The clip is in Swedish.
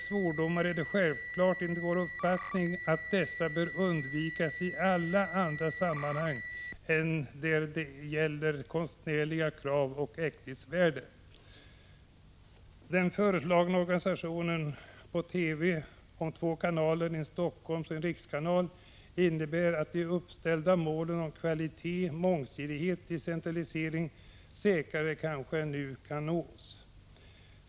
Svordomar bör självfallet undvikas i alla andra sammanhang än där det 11 gäller konstnärliga krav och äkthetsvärde. Den föreslagna organisationen för TV med två kanaler, en Helsingforssoch en rikskanal, innebär att de uppställda målen om kvalitet, mångsidighet och decentralisering säkrare än nu kan nås.